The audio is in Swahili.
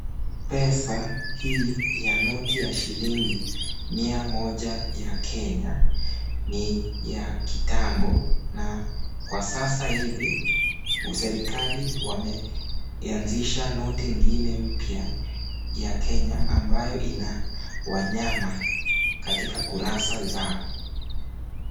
Pesa hii ya noti ya shilingi mia moja ya Kenya ni ya kitambo na kwa sasa hivi, userikali wameianzisha noti nyingine mpya ya Kenya ambayo ina wanyama katika kurasa zao.